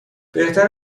بهتر